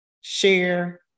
share